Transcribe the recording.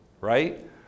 right